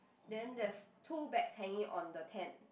then there's two bags hanging on the tent